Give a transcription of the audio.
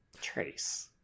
Trace